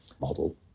model